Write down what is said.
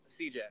CJ